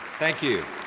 thank you.